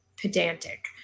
pedantic